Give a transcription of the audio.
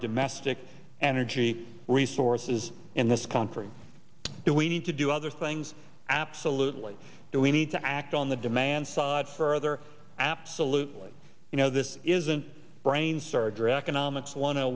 domestic energy resources in this country that we need to do other things absolutely do we need to act on the demand side further absolutely you know this isn't brain surgery economics one